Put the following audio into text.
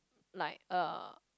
like uh